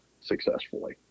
successfully